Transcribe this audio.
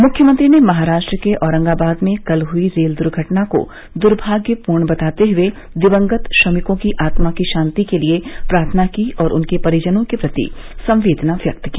मुख्यमंत्री ने महाराष्ट्र के औरंगाबाद में कल हुई रेल दुर्घटना को दुर्भाग्यपूर्ण बताते हुए दिवंगत श्रमिकों की आत्मा की शांति के लिए प्रार्थना की और उनके परिजनों के प्रति संवेदना व्यक्त की